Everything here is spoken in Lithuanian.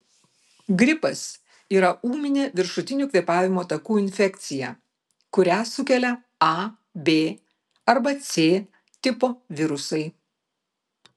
gripas yra ūminė viršutinių kvėpavimo takų infekcija kurią sukelia a b arba c tipo virusai